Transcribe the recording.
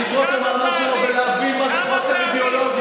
לקרוא את המאמר שלו ולהבין מה זה חוסר אידיאולוגיה.